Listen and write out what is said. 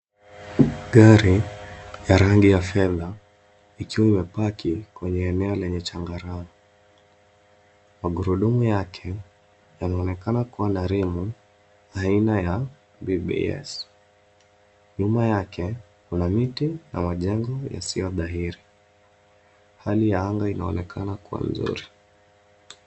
Gari ya rangi ya fedha, ikiwa imepaki kwenye eneo lenye changarawe. Magurudumu yake yanaonekana kuwa na rimu aina ya BBS. Nyuma yake kuna miti na majengo yasiyodhahiri. Hali ya anga inaonekana kuwa nzuri.